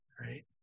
right